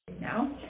now